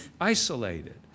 isolated